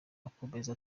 akomeza